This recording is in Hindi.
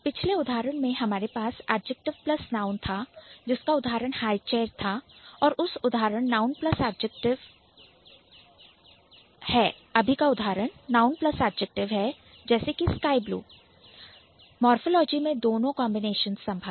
पिछले उदाहरण में हमारे पास adjective plus noun था जिसका उदाहरण HighChair था और इस उदाहरण Noun Plus Adjective है जैसे कि SkyBlue मोरफ़ोलॉजी में दोनों कांबिनेशन संभव है